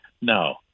no